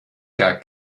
gar